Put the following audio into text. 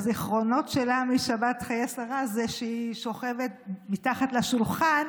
שהזיכרונות שלה משבת חיי שרה הם שהיא שוכבת מתחת לשולחן,